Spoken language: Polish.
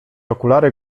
okulary